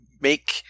make